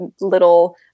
little